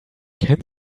kennen